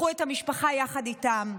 להם לקחו את המשפחה יחד איתם.